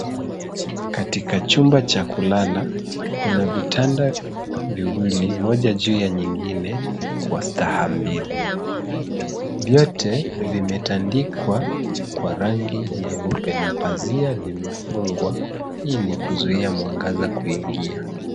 Katika chumba cha kulala kuna vitanda viwili, moja juu ya nyingine kwa staha mbili. Vyote vimetandikwa kwa rangi nyeupe na pazia limefungwa ili kuzuia mwangaza kuingia.